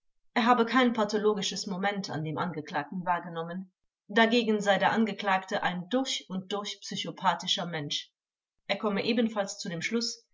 er habe kein pathologisches moment an dem angeklagten wahrgenommen dagegen sei der angeklagte ein durch und durch psychopathischer mensch er komme ebenfalls zu dem schluß